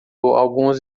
alguns